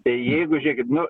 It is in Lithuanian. tai jeigu žėkit nu